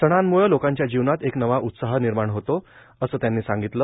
सणांमुळे लोकांच्या जीवनात एक नवा उत्साह निर्माण होतो असं त्यांनी सांगितलं